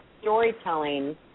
storytelling